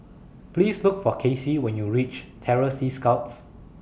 Please Look For Kaycee when YOU REACH Terror Sea Scouts